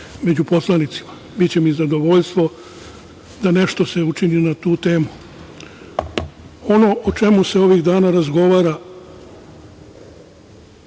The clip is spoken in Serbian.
među poslanicima. Biće mi zadovoljstvo da se nešto učini na tu temu. Ono o čemu se ovih dana razgovara